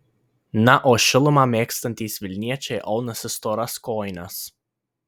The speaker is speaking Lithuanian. na o šilumą mėgstantys vilniečiai aunasi storas kojines